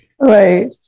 Right